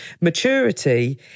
maturity